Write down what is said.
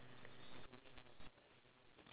english please